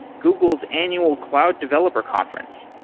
google's annual cloud developer conference.